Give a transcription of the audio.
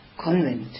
convent